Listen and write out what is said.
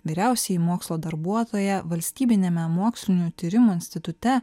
vyriausiąjį mokslo darbuotoją valstybiniame mokslinių tyrimų institute